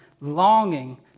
longing